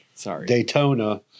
Daytona